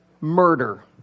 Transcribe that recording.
murder